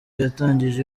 yatangije